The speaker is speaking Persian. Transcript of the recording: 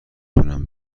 تونم